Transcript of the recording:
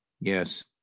Yes